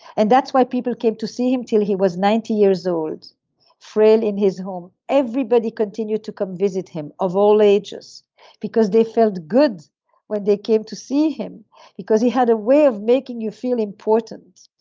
and that's why people came to see him till he was ninety years old frail in his home. everybody continued to come visit him of all ages because they felt good when they came to see him because he had a way of making you feel important.